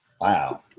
Wow